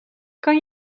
kan